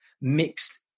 mixed